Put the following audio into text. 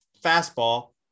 fastball